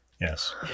Yes